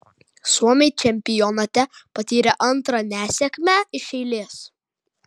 suomiai čempionate patyrė antrą nesėkmę iš eilės